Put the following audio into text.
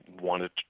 wanted